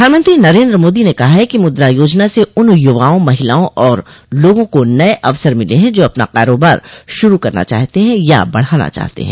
प्रधानमंत्री नरेन्द्र मोदी ने कहा है कि मुद्रा योजना से उन युवाओं महिलाओं और लोगों को नये अवसर मिले हैं जो अपना कारोबार शुरू करना चाहते हैं या बढ़ाना चाहते हैं